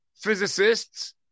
physicists